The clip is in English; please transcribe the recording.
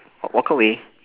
wa~ walk away